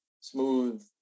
smooth